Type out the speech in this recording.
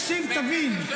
אם תקשיב, תבין.